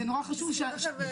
שברגע שההסכם ייחתם,